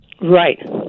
Right